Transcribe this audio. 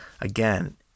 again